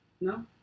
No